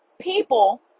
people